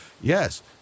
Yes